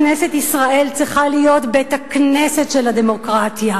כנסת ישראל צריכה להיות בית-הכנסת של הדמוקרטיה,